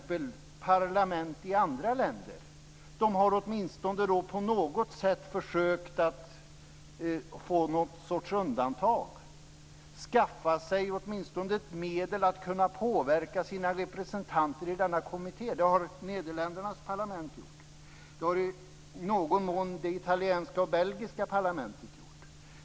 Parlamenten i andra länder har åtminstone på något sätt försökt att få någon sorts undantag och skaffa sig åtminstone ett medel att kunna påverka sina representanter i denna kommitté. Det har Nederländernas parlament gjort, i någon mån också det italienska och det belgiska.